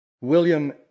William